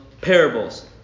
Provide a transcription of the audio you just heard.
parables